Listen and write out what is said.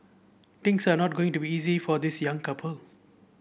things are not going to be easy for this young couple